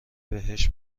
بهش